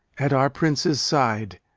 at our prince's side.